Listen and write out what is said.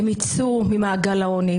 הם יצאו ממעגל העוני,